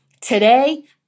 Today